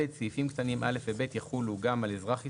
סעיפים קטנים (א) ו-(ב) יחולו גם על אזרח ישראלי,